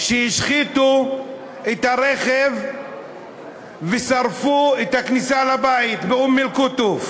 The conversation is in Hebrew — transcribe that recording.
שהשחיתו לה את הרכב ושרפו את הכניסה לבית באום-אל-קוטוף,